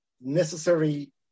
necessary